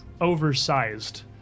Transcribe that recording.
oversized